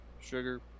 sugar